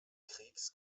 kriegs